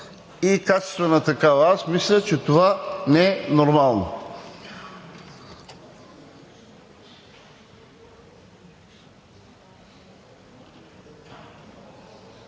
и качествена такава. Аз мисля, че това не е нормално.